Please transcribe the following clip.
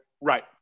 Right